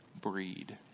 breed